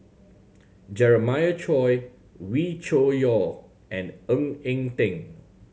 Jeremiah Choy Wee Cho Yaw and Ng Eng Teng